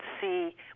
see